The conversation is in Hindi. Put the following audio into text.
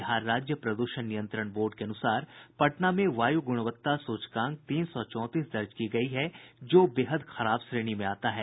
बिहार राज्य प्रदूषण नियंत्रण बोर्ड के अनुसार पटना में वायु गुणवत्ता सूचकांक तीन सौ चौंतीस दर्ज की गयी है जो बेहद खराब श्रेणी में आता है